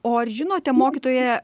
o ar žinote mokytoja